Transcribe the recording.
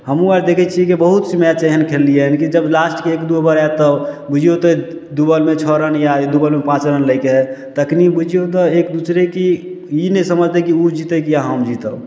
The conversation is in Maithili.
हमहु आर देखै छियै कि बहुत सी मैच एहन खेललियै हन कि जब लास्टके एक दू ओभर होयत तऽ बुझियौ तऽ दू बॉलमे छओ रन या दू बॉल मे पाँच रन लैके हइ तखनी बुझियौ तऽ एक दूसरेके ई नहि समझतै कि ओ जीततै कि हम जीतब